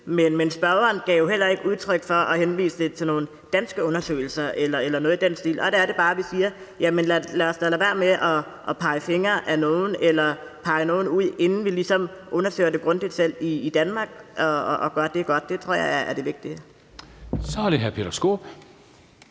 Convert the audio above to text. Men spørgeren henviste jo heller ikke til nogen danske undersøgelser eller noget i den stil. Og der er det bare, vi siger: Jamen lad os da lade være med at pege fingre af nogen eller pege nogen ud, inden vi ligesom undersøger det grundigt selv i Danmark, og gør det godt. Det tror jeg er det vigtige. Kl. 14:14 Formanden